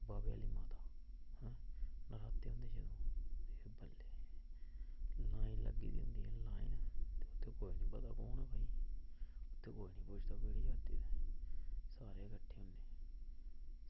बाह्वे आह्ली माता ऐं ते नराते होंदे जदूं एह् बल्ले लग्गी होंदी लाईन ते उत्थें बड़े होन भई ते उत्थें सारे कट्ठे होंदे